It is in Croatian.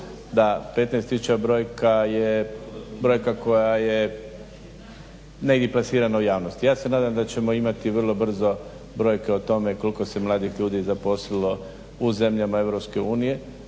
15 tisuća brojka je brojka koja je negdje plasirana u javnosti. Ja se nadam da ćemo imati vrlo brzo brojke o tome koliko se mladih ljudi zaposlilo u zemljama EU,